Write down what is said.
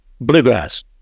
Bluegrass